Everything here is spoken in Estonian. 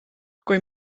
kui